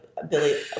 Billy